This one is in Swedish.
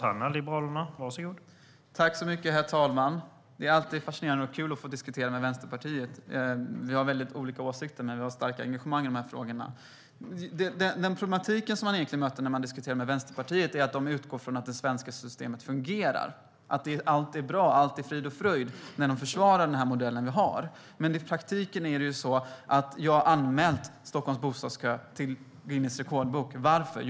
Herr talman! Det är alltid fascinerande och kul att få diskutera med Vänsterpartiet. Vi har väldigt olika åsikter men starkt engagemang i de här frågorna. Den problematik man möter när man diskuterar med Vänsterpartiet är att de utgår från att det svenska systemet fungerar, att allt är bra, att allt är frid och fröjd, när de försvarar den modell som vi har. Men i praktiken har jag anmält Stockholms bostadskö till Guinness rekordbok. Varför?